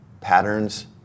patterns